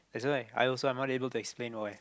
it's alright I also I'm not able to explain why